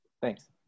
thanks